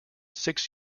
six